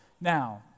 Now